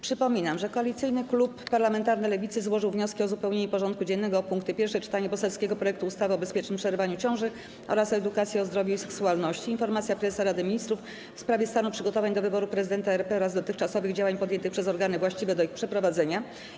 Przypominam, że Koalicyjny Klub Parlamentarny Lewicy złożył wnioski o uzupełnienie porządku dziennego o punkty: - Pierwsze czytanie poselskiego projektu ustawy o bezpiecznym przerywaniu ciąży oraz o edukacji o zdrowiu i seksualności, - Informacja Prezesa Rady Ministrów w sprawie stanu przygotowań do wyborów Prezydenta RP oraz dotychczasowych działań podjętych przez organy właściwe do ich przeprowadzenia,